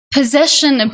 Possession